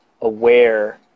aware